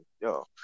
yo